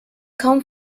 kaum